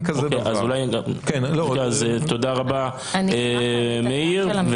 תודה רבה מאיר.